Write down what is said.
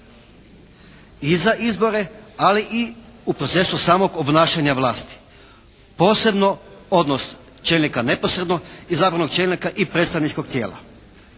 i za izbore, ali i u procesu samog obnašanja vlasti, posebno, odnosno čelnika neposredno izabranog čelnika i predstavničkog tijela.